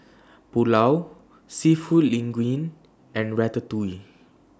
Pulao Seafood Linguine and Ratatouille